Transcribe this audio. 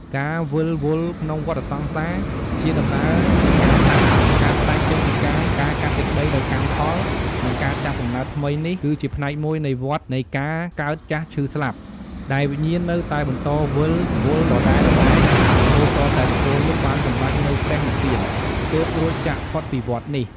ការវិលវល់ក្នុងវដ្ដសង្សារ ជាដំណើរនៃការស្លាប់ ការផ្ដាច់ចេញពីកាយ ការកាត់សេចក្ដីដោយកម្មផល និងការចាប់កំណើតថ្មីនេះ គឺជាផ្នែកមួយនៃវដ្ដនៃការកើតចាស់ឈឺស្លាប់ ដែលវិញ្ញាណនៅតែបន្តវិលវល់ដដែលៗ រហូតទាល់តែបុគ្គលនោះបានសម្រេចនូវព្រះនិព្វាន ទើបរួចចាកផុតពីវដ្ដនេះ។